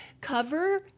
cover